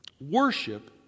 worship